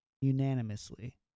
unanimously